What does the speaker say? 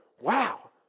Wow